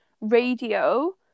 radio